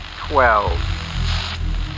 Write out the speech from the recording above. twelve